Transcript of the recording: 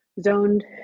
zoned